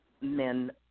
men –